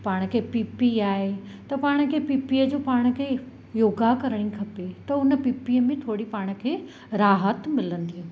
पाण खे पीपी आहे त पाण खे पीपीअ जो पाण खे योगा करणी खपे थो उन पीपीअ में थोड़ी पाण खे राहत मिलंदी